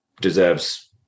deserves